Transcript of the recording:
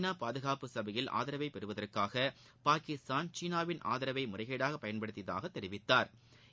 நா பாதுகாப்பு சபையில் ஆதரவை பெறுவதற்காக பாகிஸ்தான் சீனாவின் ஆதரவை முறைகேடாக பயன்படுத்தியதாக தெரிவித்தாா்